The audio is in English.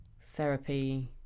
therapy